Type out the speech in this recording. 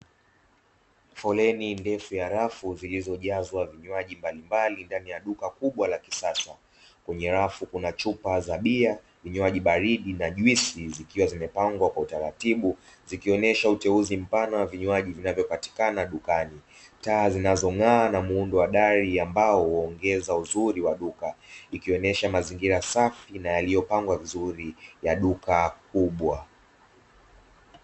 Foleni ndefu ya rafu zilizojazwa vinywaji mbalimbali ndani ya duka kubwa la kisasa kwenye rafu kuna; chupa za bia, vinywaji baridi na juisi zikiwa zimepangwa kwa utaratibu zikionesha uteuzi mpana wa vinywaji vinavyopatikana dukani. Taa zinazong'aa na muundo wa dari ambao huongeza uzuri wa duka; ikionesha mazingira safi na yaliyopangwa vizuri ya duka kubwa.